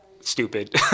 stupid